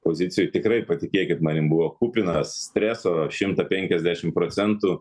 pozicijoj tikrai patikėkit manim buvo kupinas streso šimta penkiasdešim procentų